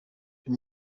uyu